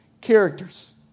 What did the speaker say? characters